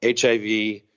HIV